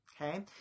okay